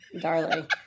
darling